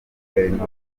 guverinoma